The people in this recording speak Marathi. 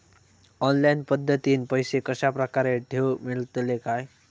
ऑनलाइन पद्धतीन पैसे कश्या प्रकारे ठेऊक मेळतले काय?